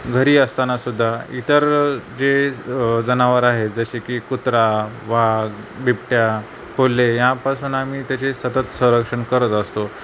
घरी असतानासुद्धा इतर जे जनावर आहेत जसे की कुत्रा वाघ बिबट्या कोल्हे यापासून आम्ही त्याचे सतत संरक्षण करत असतो